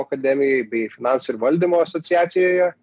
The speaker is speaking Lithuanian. akademijoj bei finansų ir valdymo asociacijoje